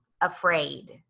afraid